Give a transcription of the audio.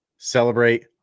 Celebrate